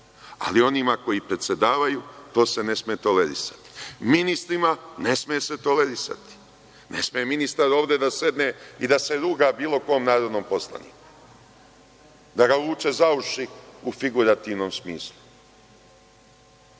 ali onima koji predsedavaju to se ne sme tolerisati. Ni ministrima se ne sme tolerisati. Ne sme ministar ovde da sedne i da se ruga bilo kom narodnom poslaniku, da ga vuče za uši u figurativnom smislu. Dakle,